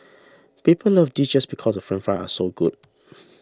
people love this just because the French Fries are so good